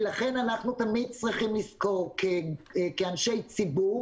לכן אנחנו תמיד צריכים לזכור כאנשי ציבור